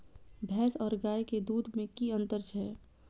भैस और गाय के दूध में कि अंतर छै?